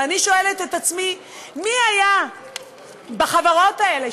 ואני שואלת את עצמי מי היה בחברות האלה,